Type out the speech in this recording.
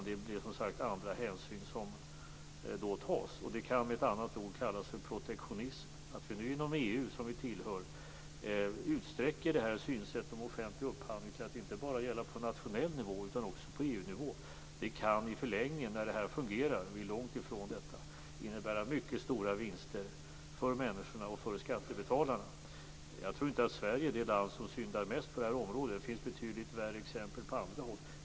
Det blir som sagt andra hänsyn som tas. Det kan med ett annat ord kallas för protektionism. Att vi nu inom EU, som vi tillhör, utsträcker synsättet på offentlig upphandling till att inte bara gälla på nationell nivå utan också på EU-nivå kan i förlängningen, när detta fungerar - vi är långt ifrån det - innebära mycket stora vinster för människorna och skattebetalarna. Jag tror inte att Sverige är det land som syndar mest på området. Det finns betydligt värre exempel på andra håll.